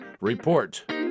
Report